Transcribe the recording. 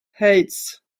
heights